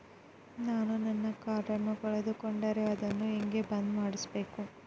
ನಾನು ನನ್ನ ಕಾರ್ಡನ್ನ ಕಳೆದುಕೊಂಡರೆ ಅದನ್ನ ಹೆಂಗ ಬಂದ್ ಮಾಡಿಸಬೇಕು?